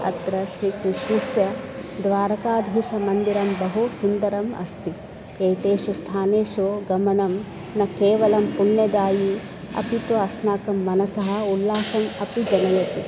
अत्र श्रीकृष्णस्य द्वारकाधीश मन्दिरं बहु सुन्दरम् अस्ति एतेषु स्थानेषु गमनं न केवलं पुण्यदायि अपि तु अस्माकं मनसः उल्लासम् अपि जनयति